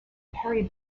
perry